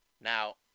now